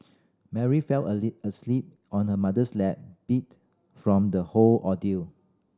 Mary fell asleep on her mother's lap beat from the whole ordeal